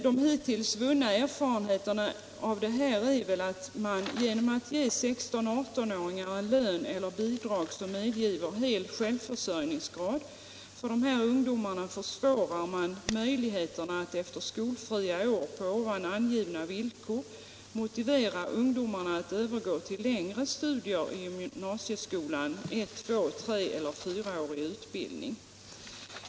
De hittills vunna erfarenheterna visar att man genom att ge 16—18 åringar lön eller bidrag, som medger hel självförsörjningsgrad för dessa ungdomar, försvårar möjligheterna att efter skolfria år på här angivna villkor motivera ungdomarna att övergå till längre studier i gymnasieskolan med ett-, två-, treeller fyraårig utbildning.